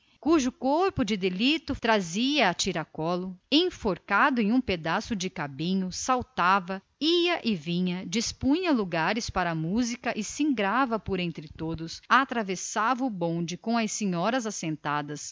cujo corpo de delito ele trazia a tiracolo enforcado num pedaço de cabinho saltava ia e vinha singrando por entre todos atravessando o bonde com as senhoras ainda assentadas